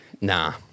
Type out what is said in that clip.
Nah